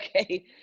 Okay